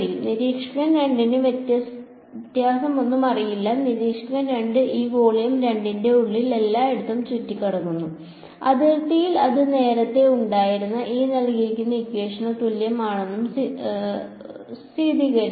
നിരീക്ഷകൻ 2 ന് വ്യത്യാസമൊന്നും അറിയില്ല നിരീക്ഷകൻ 2 ഈ വോളിയം 2 ന്റെ ഉള്ളിൽ എല്ലായിടത്തും ചുറ്റിനടക്കുന്നു അതിർത്തിയിൽ അത് നേരത്തെ ഉണ്ടായിരുന്ന ന് തുല്യമാണെന്ന് സ്ഥിരീകരിക്കുന്നു